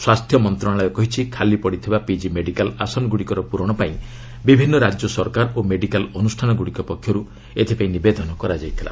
ସ୍ୱାସ୍ଥ୍ୟ ମନ୍ତ୍ରଣାଳୟ କହିଛି ଖାଲି ପଡ଼ିଥିବା ପିଜି ମେଡିକାଲ୍ ଆସନଗୁଡ଼ିକର ପୂରଣ ପାଇଁ ବିଭିନ୍ନ ରାଜ୍ୟ ସରକାର ଓ ମେଡିକାଲ ଅନ୍ଦ୍ରଷ୍ଠାନଗ୍ରଡ଼ିକ ପକ୍ଷର୍ତ ଏଥିପାଇଁ ନିବେଦନ କରାଯାଇଥିଲା